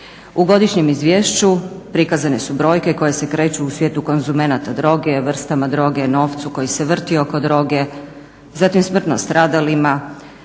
U godišnjem izvješću prikazane su brojke koje se kreću u svijetu konzumenata droga, vrstama droge, novcu koji se vrti oko droge, zatim smrtno stradalima,